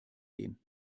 gehen